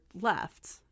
left